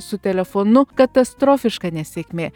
su telefonu katastrofiška nesėkmė